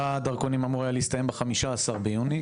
הדרכונים אמור היה להסתיים בתאריך ה-15 ביוני,